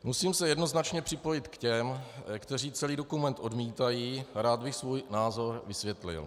Musím se jednoznačně připojit k těm, kteří celý dokument odmítají, a rád bych svůj názor vysvětlil.